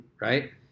right